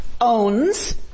owns